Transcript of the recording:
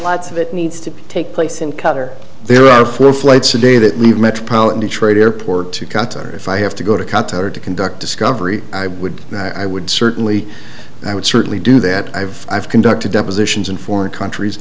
lots of it needs to take place in cutter there are fewer flights today that need metropolitan detroit airport to qatar if i have to go to qatar to conduct discovery i would and i would certainly i would certainly do that i've i've conducted depositions in foreign countries